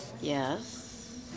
Yes